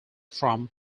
from